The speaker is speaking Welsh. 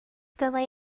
dylai